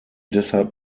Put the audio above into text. deshalb